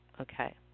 Okay